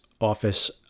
office